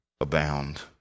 abound